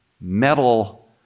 metal